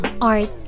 art